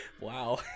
Wow